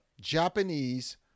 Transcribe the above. Japanese